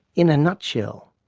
in a nutshell,